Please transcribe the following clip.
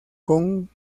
con